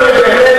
אני סגן שר.